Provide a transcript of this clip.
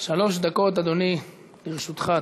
שלוש דקות, אדוני, לרשותך.